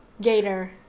gator